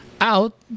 out